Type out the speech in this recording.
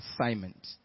assignment